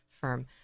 firm